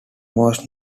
most